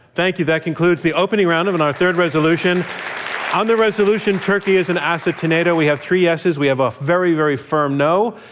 thank you. that concludes the opening round of and our third resolution, and on the resolution turkey is an asset to nato, we have three yeses, we have a very, very firm no,